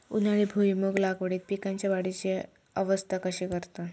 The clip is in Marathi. उन्हाळी भुईमूग लागवडीत पीकांच्या वाढीची अवस्था कशी करतत?